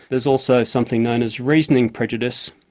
there's also something known as reasoning prejudice,